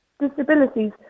disabilities